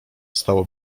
stało